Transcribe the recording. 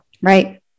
Right